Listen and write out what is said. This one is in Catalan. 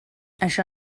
això